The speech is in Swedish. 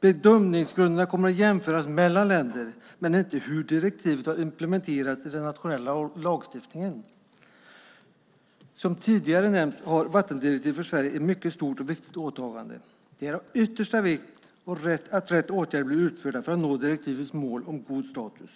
Bedömningsgrunderna kommer att jämföras mellan länder, men inte hur direktivet har implementerats i den nationella lagstiftningen. Som tidigare nämnts innebär vattendirektivet ett mycket stort och viktigt åtagande för Sverige. Det är av yttersta vikt att rätt åtgärder blir utförda för att nå direktivets mål om god status.